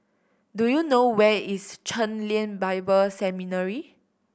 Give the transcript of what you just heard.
do you know where is Chen Lien Bible Seminary